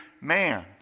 man